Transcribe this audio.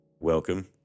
welcome